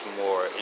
more